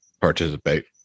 participate